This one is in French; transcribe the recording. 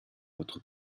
votre